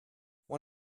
when